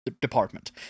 department